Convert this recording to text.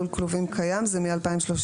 לול כלובים קיים, זה מ-2037.